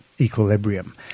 equilibrium